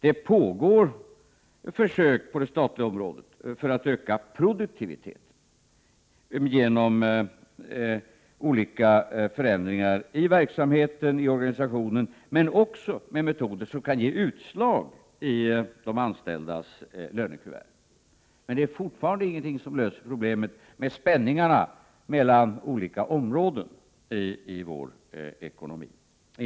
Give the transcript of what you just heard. Det pågår försök på det statliga området för att öka produktiviteten genom olika förändringar i verksamheten och i organisationen, men även med metoder som kan ge utslag i form av pengar i de anställdas lönekuvert. Men det är fortfarande inget som löser problemet med spänningarna mellan olika områden i vår ekonomi.